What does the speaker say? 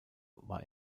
war